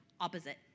opposite